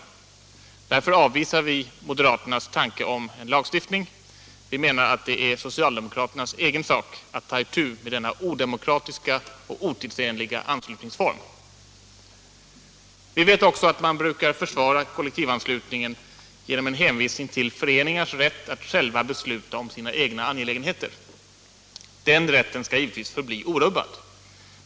Där = till politiskt parti, för avvisar vi moderaternas tanke om lagstiftning — vi menar att det — m.m. är socialdemokraternas egen sak att ta itu med denna odemokratiska och otidsenliga anslutningsform. Vi vet också att man brukar försvara kollektivanslutningen genom en hänvisning till föreningars rätt att själva besluta om sina egna angelägenheter. Den rätten skall givetvis förbli orubbad.